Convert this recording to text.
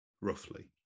roughly